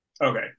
Okay